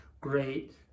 great